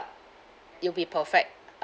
it'll be perfect